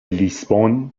لیسبون